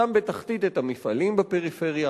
שׂם בתחתית את המפעלים בפריפריה.